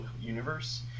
universe